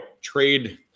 trade